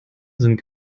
sind